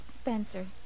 Spencer